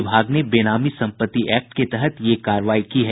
विभाग ने बेनामी सम्पत्ति एक्ट के तहत यह कार्रवाई की है